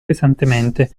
pesantemente